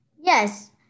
Yes